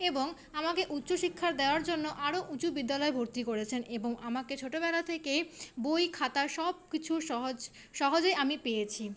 এবং আমাকে উচ্চ শিক্ষা দেওয়ার জন্য আরো উঁচু বিদ্যালয়ে ভর্তি করেছেন এবং আমাকে ছোটবেলা থেকেই বই খাতা সব কিছু সহজ সহজে আমি পেয়েছি